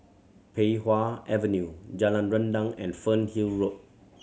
Pei Wah Avenue Jalan Rendang and Fernhill Road